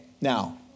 Now